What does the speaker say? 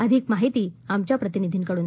अधिक माहिती आमच्या प्रतिनिधी कडुन